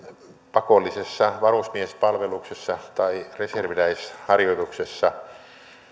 pakollisessa varusmiespalveluksessa tai reserviläisharjoituksissa